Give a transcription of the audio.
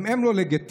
גם הם לא לגיטימיים,